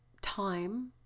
time